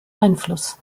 einfluss